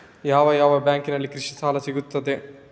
ಯಾವ ಯಾವ ಬ್ಯಾಂಕಿನಲ್ಲಿ ಕೃಷಿ ಸಾಲ ಸಿಗುತ್ತದೆ?